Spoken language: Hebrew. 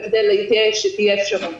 וכדי שתהיה אפשרות